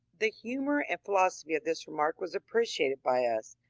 the humour and philosophy of this remark was appreciated by us,